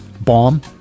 bomb